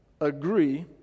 agree